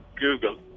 Google